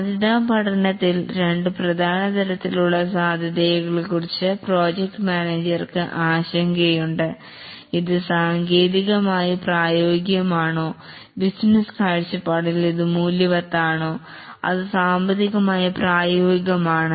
സാധ്യതാ പഠനത്തിൽ രണ്ട് പ്രധാന തരത്തിലുള്ള സാധ്യതകളെക്കുറിച്ച് പ്രോജക്ട് മാനേജർക്ക് ആശങ്കയുണ്ട് ഇത് സാങ്കേതികമായി പ്രായോഗികമാണോ ബിസിനസ് കാഴ്ചപ്പാടിൽ ഇത് മൂല്യവത്താണോ അത് സാമ്പത്തികമായി പ്രായോഗികമാണ്